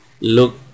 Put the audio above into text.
Look